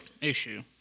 issue